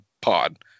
Pod